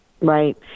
Right